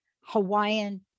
Hawaiian